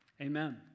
amen